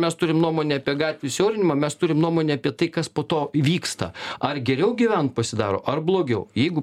mes turim nuomonę apie gatvių siaurinimą mes turim nuomonę apie tai kas po to vyksta ar geriau gyvent pasidaro ar blogiau jeigu